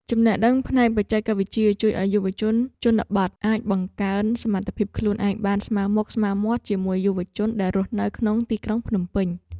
ចំណេះដឹងផ្នែកបច្ចេកវិទ្យាជួយឱ្យយុវជនជនបទអាចបង្កើនសមត្ថភាពខ្លួនឯងបានស្មើមុខស្មើមាត់ជាមួយយុវជនដែលរស់នៅក្នុងទីក្រុងភ្នំពេញ។